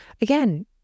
again